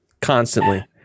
constantly